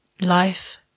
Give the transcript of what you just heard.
life